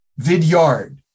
Vidyard